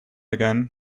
again